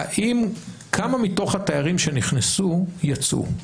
כמה מתוך התיירים שנכנסו יצאו?